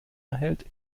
erhält